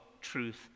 truth